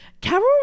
Carol